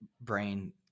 brain